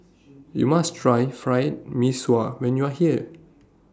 YOU must Try Fried Mee Sua when YOU Are here